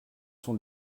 sont